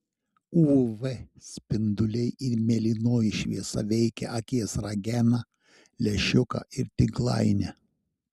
uv spinduliai ir mėlynoji šviesa veikia akies rageną lęšiuką ir tinklainę